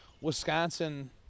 Wisconsin